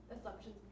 assumptions